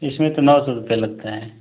इसमें तो नौ सौ रुपए लगते हैं